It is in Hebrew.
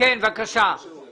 שלא